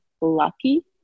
lucky